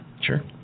sure